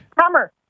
Hammer